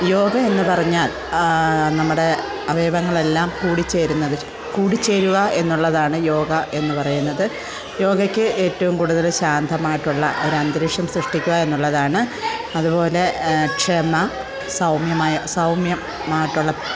യോഗ എന്ന് പറഞ്ഞാൽ നമ്മുടെ അവയവങ്ങളെല്ലാം കൂടിച്ചേരുന്നത് കൂടി ചേരുക എന്നുള്ളതാണ് യോഗ എന്ന് പറയുന്നത് യോഗയ്ക്ക് ഏറ്റവും കൂടുതൽ ശാന്തമായിട്ടുള്ള ഒരു അന്തരീക്ഷം സൃഷ്ടിക്കുക എന്നുള്ളതാണ് അതുപോലെ ക്ഷമ സൗമ്യമായ സൗമ്യമായിട്ടുള്ള